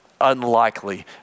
unlikely